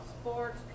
sports